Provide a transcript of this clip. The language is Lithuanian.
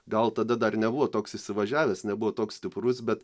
gal tada dar nebuvo toks įsivažiavęs nebuvo toks stiprus bet